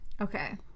Okay